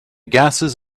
gases